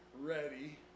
ready